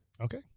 Okay